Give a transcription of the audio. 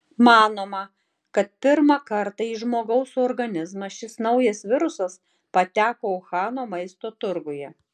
manoma kad pirmą kartą į žmogaus organizmą šis naujas virusas pateko uhano maisto turguje